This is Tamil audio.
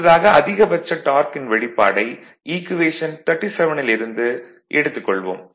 அடுத்ததாக அதிகபட்ச டார்க்கின் வெளிப்பாடை ஈக்குவேஷன் 37 ல் பார்த்ததை எடுத்துக் கொள்வோம்